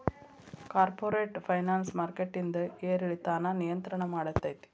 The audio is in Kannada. ಕಾರ್ಪೊರೇಟ್ ಫೈನಾನ್ಸ್ ಮಾರ್ಕೆಟಿಂದ್ ಏರಿಳಿತಾನ ನಿಯಂತ್ರಣ ಮಾಡ್ತೇತಿ